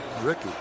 Ricky